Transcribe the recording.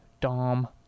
Dom